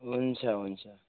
हुन्छ हुन्छ